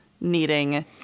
needing